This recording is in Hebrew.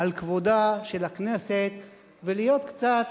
על כבודה של הכנסת ולהיות קצת,